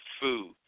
food